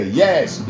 yes